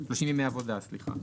מכניסת התקנות האלו.